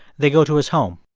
they go to his home.